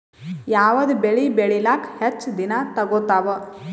ಯಾವದ ಬೆಳಿ ಬೇಳಿಲಾಕ ಹೆಚ್ಚ ದಿನಾ ತೋಗತ್ತಾವ?